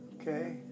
okay